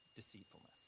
deceitfulness